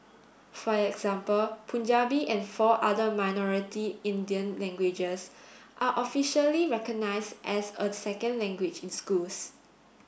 for example Punjabi and four other minority Indian languages are officially recognised as a second language in schools